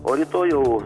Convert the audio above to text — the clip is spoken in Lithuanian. o rytoj jau